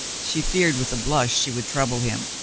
she feared with a blush she would trouble him.